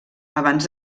abans